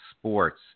sports